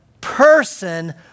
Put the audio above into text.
person